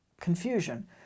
confusion